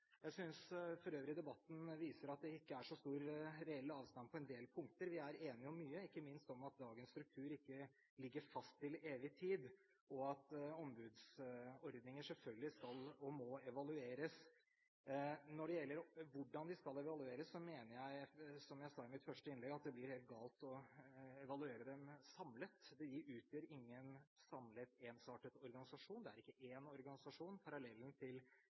Jeg synes for øvrig debatten viser at det ikke er så stor reell avstand på en del punkter. Vi er enige om mye, ikke minst om at dagens struktur ikke ligger fast til evig tid, og at ombudsordninger selvfølgelig skal og må evalueres. Når det gjelder hvordan vi skal evaluere, mener jeg – som jeg sa i mitt første innlegg – at det blir helt galt å evaluere dem samlet. De utgjør ingen samlet, ensartet organisasjon. Det er ikke én organisasjon. Parallellen til